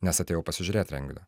nes atėjau pasižiūrėt renginį